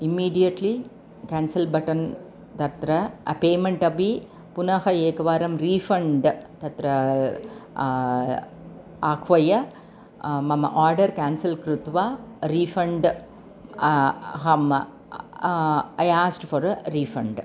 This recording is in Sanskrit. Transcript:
इम्मिडियेट्लि केन्सल् बटन् तत्र पेमेन्ट् अपि पुनः एकवारं रीफ़ण्ड् तत्र आहूय मम ओर्डर् केन्सल् कृत्वा रीफ़ण्ड् अहम् ऐ आस्क्ड् फ़ोर् रीफ़ण्ड्